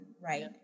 Right